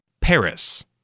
Paris